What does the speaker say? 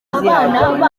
abana